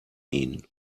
ihnen